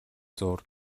зуур